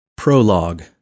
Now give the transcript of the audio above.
Prologue